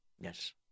Yes